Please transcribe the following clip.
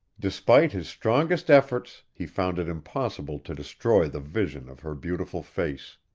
despite his strongest efforts he found it impossible to destroy the vision of her beautiful face.